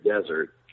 Desert